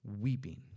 weeping